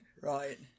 Right